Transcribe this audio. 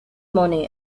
money